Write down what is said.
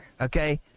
okay